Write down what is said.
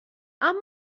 اما